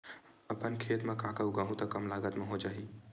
अपन खेत म का का उगांहु त कम लागत म हो जाही?